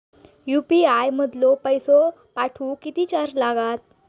UPI मधलो पैसो पाठवुक किती चार्ज लागात?